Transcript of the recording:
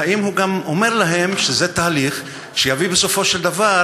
האם הוא גם אומר להם שזה תהליך שיביא בסופו של דבר